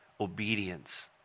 obedience